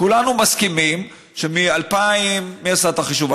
כולנו מסכימים שמ-2,600, מי עשה את החישוב?